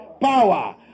power